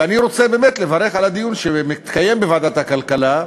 ואני רוצה באמת לברך על הדיון שמתקיים בוועדת הכלכלה,